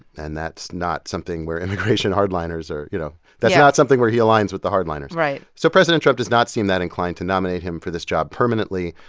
and that's not something where immigration hard-liners are, you know. yeah that's not something where he aligns with the hard-liners right so president trump does not seem that inclined to nominate him for this job permanently.